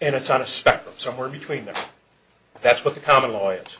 and it's on a spectrum somewhere between the that's what the common law